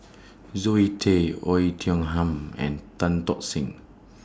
Zoe Tay Oei Tiong Ham and Tan Tock Seng